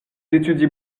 étudiez